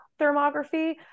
thermography